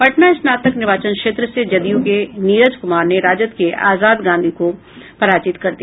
पटना स्नातक निर्वाचन क्षेत्र से जदयू के नीरज कुमार ने राजद के आजाद गांधी को पराजित कर दिया